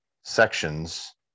sections